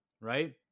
right